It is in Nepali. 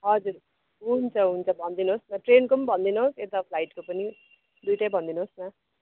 हजुर हुन्छ हुन्छ भनिदिनुहोस् न ट्रेनको पनि भनिदिनुहोस् यता फ्लाइटको पनि दुइटै भनिदिनुहोस् न